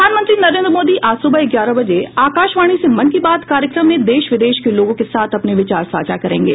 प्रधानमंत्री नरेन्द्र मोदी आज सुबह ग्यारह बजे आकाशवाणी से मन की बात कार्यक्रम में देश विदेश के लोगों के साथ अपने विचार साझा करेंगे